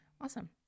awesome